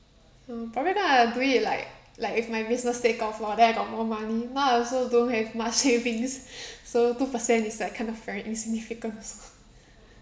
oh probably going to do it like like if my business take off lor then I got more money now I also don't have much savings so two percent is like kind of very insignificant